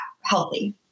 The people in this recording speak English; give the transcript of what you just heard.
Healthy